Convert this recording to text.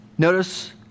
Notice